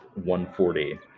1.40